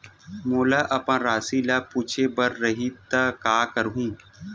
मोला अपन राशि ल पूछे बर रही त का करहूं?